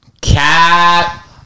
Cat